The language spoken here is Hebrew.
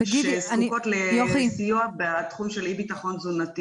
שזקוקות לסיוע בתחום של אי-ביטחון תזונתי.